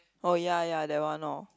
oh ya ya that one lor